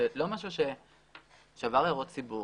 זה לא משהו שעבר להערות ציבור.